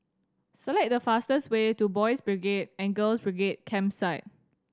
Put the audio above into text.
select the fastest way to Boys' Brigade and Girls' Brigade Campsite